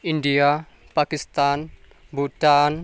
India Pakistan Bhutan